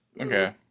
Okay